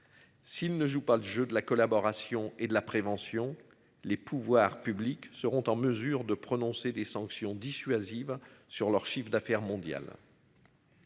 S'il ne joue pas le jeu de la collaboration et de la prévention. Les pouvoirs publics seront en mesure de prononcer des sanctions dissuasives sur leur chiffre d'affaires mondial.